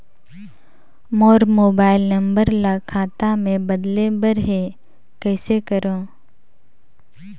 मोर mobile number ल खाता मे बदले बर हे कइसे करव?